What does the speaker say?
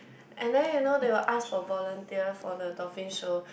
and then you know they will ask for volunteer for the dolphin show